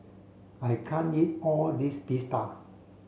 I can't eat all this Pita